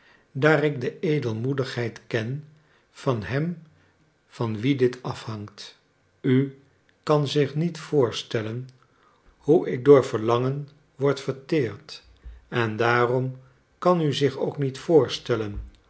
daar ik de edelmoedigheid ken van hem van wien dit afhangt u kan zich niet voorstellen hoe ik door verlangen word verteerd en daarom kan u zich ook niet voorstellen